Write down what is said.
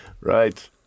right